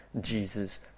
Jesus